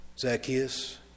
Zacchaeus